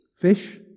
fish